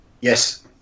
Yes